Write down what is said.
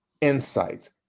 insights